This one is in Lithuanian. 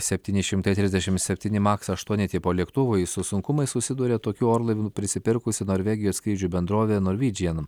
septyni šimtai trisdešim septyni maks aštuoni tipo lėktuvui su sunkumais susiduria tokių orlaivių prisipirkusi norvegijos skrydžių bendrovė norvidžijan